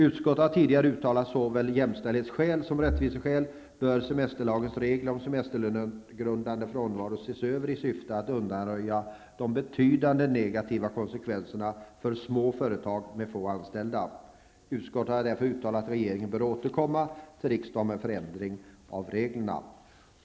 Utskottet har tidigare uttalat att såväl av jämställdhetsskäl som rättviseskäl bör semesterlagens regler om semesterlönegrundande frånvaro ses över i syfte att undanröja de betydande negativa konsekvenserna för små företag med få anställda. Utskottet har därför uttalat att regeringen bör återkomma till riksdagen med förändring av reglerna.